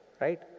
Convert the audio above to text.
Right